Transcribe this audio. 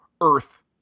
earth